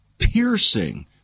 piercing